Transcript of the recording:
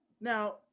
Now